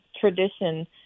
tradition